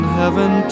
heaven